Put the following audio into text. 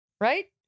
right